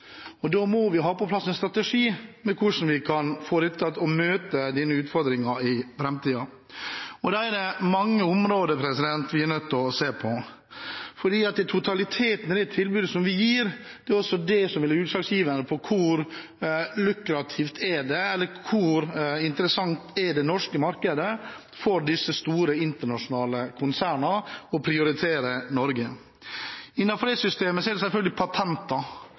Da må vi ha på plass en strategi for hvordan vi kan få til å møte denne utfordringen i framtiden. Det er mange områder vi er nødt til å se på, fordi det er totaliteten i det tilbudet vi gir, som vil være utslagsgivende for hvor lukrativt eller interessant det er for disse store, internasjonale konsernene å prioritere Norge og det norske markedet. Innenfor det systemet er det selvfølgelig patenter